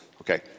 Okay